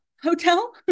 Hotel